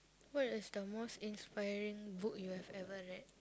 what is the most inspiring book you have ever read